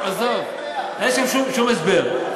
אין שום הסבר.